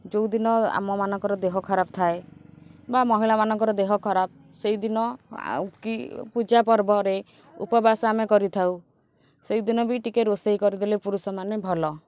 ଯେଉଁ ଦିନ ଆମମାନଙ୍କର ଦେହ ଖରାପ ଥାଏ ବା ମହିଳାମାନଙ୍କର ଦେହ ଖରାପ ସେହିଦିନ କି ପୂଜା ପର୍ବରେ ଉପବାସ ଆମେ କରିଥାଉ ସେହିଦିନ ବି ଟିକିଏ ରୋଷେଇ କରିଦେଲେ ପୁରୁଷମାନେ ଭଲ